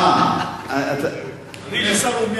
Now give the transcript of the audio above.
תשמע,